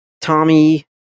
Tommy